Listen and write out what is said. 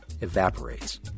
evaporates